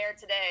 today